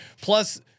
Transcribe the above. Plus